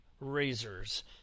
Razors